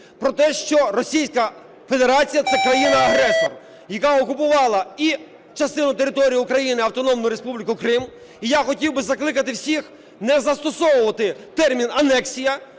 Федерація – це країна-агресор, яка окупувала і частину території України, Автономну Республіку Крим. І я хотів би закликати всіх не застосовувати термін "анексія",